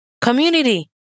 community